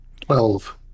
Twelve